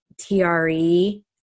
TRE